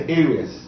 areas